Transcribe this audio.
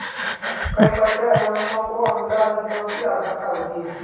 कई पट्टे अनुबंधों को अंतराल बीमा की आवश्यकता होती है